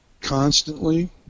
constantly